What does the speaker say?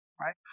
Right